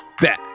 back